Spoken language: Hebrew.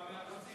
יצאה מהפסים.